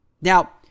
Now